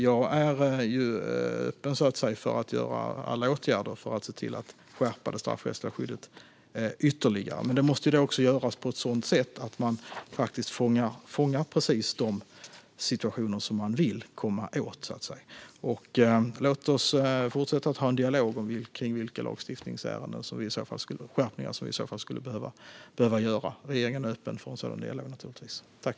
Jag är öppen för att genomföra alla åtgärder för att se till att skärpa det straffrättsliga skyddet ytterligare, men det måste göras på ett sådant sätt att man faktiskt fångar precis de situationer som man vill komma åt. Låt oss fortsätta att ha en dialog om vilka lagstiftningsskärpningar som vi i så fall skulle behöva göra. Regeringen är naturligtvis öppen för en sådan dialog.